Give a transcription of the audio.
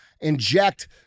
inject